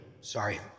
Sorry